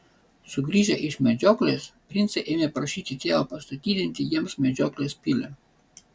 sugrįžę iš medžioklės princai ėmė prašyti tėvą pastatydinti jiems medžioklės pilį